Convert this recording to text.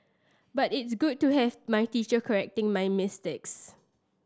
but it's good to have my teacher correcting my mistakes